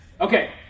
okay